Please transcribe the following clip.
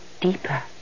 deeper